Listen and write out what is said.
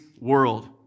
world